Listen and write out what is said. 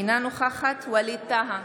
אינה נוכחת ווליד טאהא,